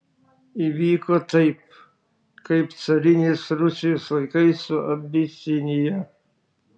įvyko taip kaip carinės rusijos laikais su abisinija